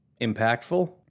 impactful